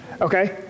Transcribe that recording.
Okay